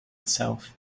itself